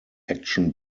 action